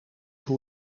hoe